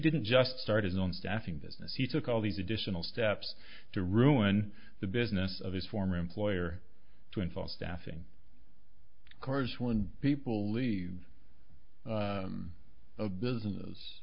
didn't just start his own staffing business he took all these additional steps to ruin the business of his former employer to install staffing cars when people leave a business